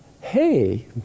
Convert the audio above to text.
hey